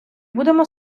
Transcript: будемо